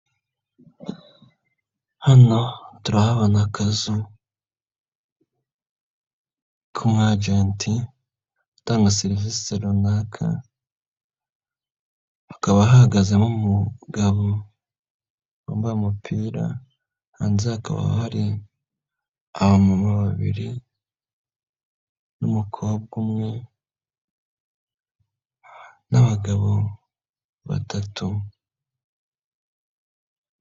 Hano turahabona akazu, ka umu agenti utanga serivisi runaka, hakaba hahagazemo umugabo wambaye umupira, hanze hakaba hari abamama babiri n'umukobwa umwe, n'abagabo batatu.